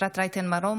אפרת רייטן מרום,